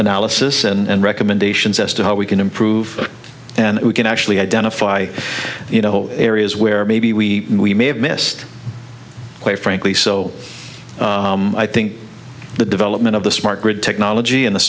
analysis and recommendations as to how we can improve and we can actually identify areas where maybe we we may have missed quite frankly so i think the development of the smart grid technology and the